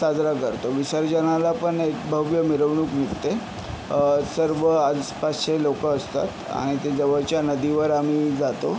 साजरा करतो विसर्जनाला पण एक भव्य मिरवणूक निघते सर्व आसपासचे लोक असतात आणि इथे जवळच्या नदीवर आम्ही जातो